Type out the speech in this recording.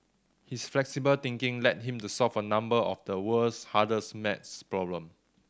his flexible thinking led him to solve a number of the world's hardest math problem